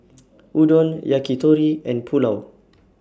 Udon Yakitori and Pulao